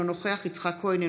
אינו נוכח יצחק כהן,